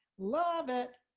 love it!